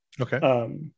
Okay